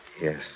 Yes